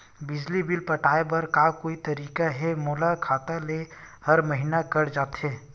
बिजली बिल पटाय बर का कोई तरीका हे मोर खाता ले हर महीना कट जाय?